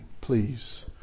please